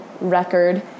record